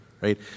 right